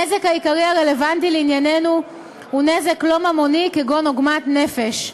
הנזק העיקרי הרלוונטי לענייננו הוא נזק לא ממוני כגון עוגמת נפש.